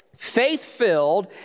faith-filled